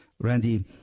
Randy